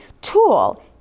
tool